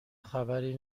خبری